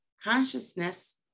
consciousness